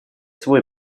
свой